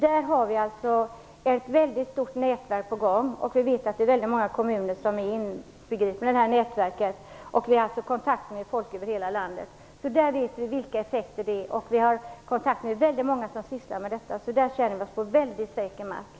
Där har vi ett mycket stort nätverk på gång, och väldigt många kommuner är inbegripna i det nätverket; vi har kontakt med folk över hela landet som sysslar med detta, så där känner vi oss på väldigt säker mark. Där vet vi alltså vilka effekterna blir.